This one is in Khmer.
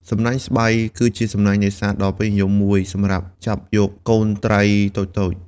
សំណាញ់ស្បៃ គឺជាសំណាញ់នេសាទដ៏ពេញនិយមមួយ សម្រាប់ចាប់យកកូនត្រីតូចៗ។